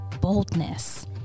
boldness